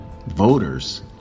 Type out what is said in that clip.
Voters